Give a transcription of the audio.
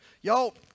Y'all